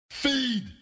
Feed